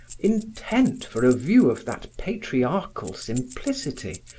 intent for a view of that patriarchal simplicity,